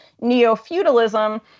neo-feudalism